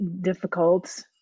difficult